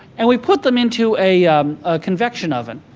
and we put them into a convection oven.